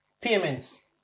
payments